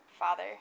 Father